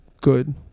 good